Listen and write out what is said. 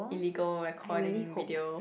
illegal recording video